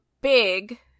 big